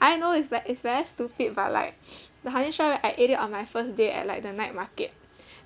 I know it's ve~ it's very stupid but like the honey strawberry I ate it on my first day at like the night market